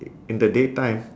i~ in the day time